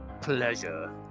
Pleasure